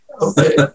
Okay